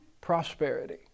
Prosperity